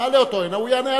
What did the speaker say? נעלה אותו הנה, הוא יענה.